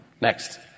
Next